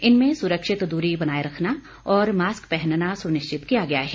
इनमें सुरक्षित दूरी बनाए रखना और मास्क पहनना सुनिश्चित किया गया है